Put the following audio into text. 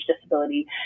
disability